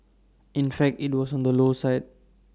in fact IT was on the low side